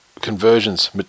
conversions